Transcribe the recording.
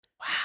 Wow